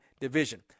Division